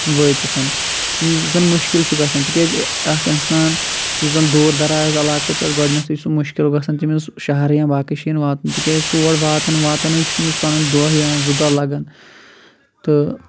وٲتِتھ یُس زَن مشکل چھُ گژھان تِکیٛازِ اَکھ انسان یُس زَن دوٗر دراز علاقو پٮ۪ٹھ گۄڈٕنیٚتھٕے چھِ سُہ مشکل گژھان تٔمِس شہر یا باقٕے شٲیَن واتُن تِکیٛازِ تور واتَن واتانٕے چھُ تٔمِس پَنُن دۄہ یا زٕ دۄہ لَگَان تہٕ